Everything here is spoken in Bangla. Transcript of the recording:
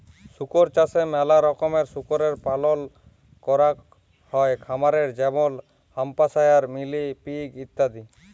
শুকর চাষে ম্যালা রকমের শুকরের পালল ক্যরাক হ্যয় খামারে যেমল হ্যাম্পশায়ার, মিলি পিগ ইত্যাদি